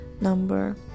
number